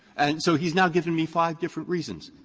and so he's now given me five different reasons.